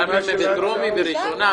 גם אם הן בטרומי או בראשונה?